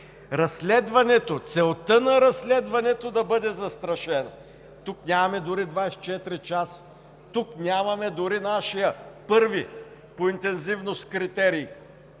разследването, целта на разследването да бъде застрашена. Тук нямаме дори 24 часа. Тук нямаме дори нашия първи по интензивност критерий